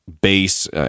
base